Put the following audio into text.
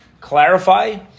clarify